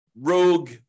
rogue